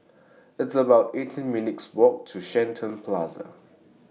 It's about eighteen minutes' Walk to Shenton Plaza